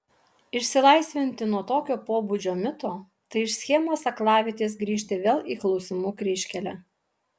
išsilaisvinti nuo tokio pobūdžio mito tai iš schemos aklavietės grįžti vėl į klausimų kryžkelę